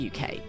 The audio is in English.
UK